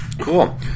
Cool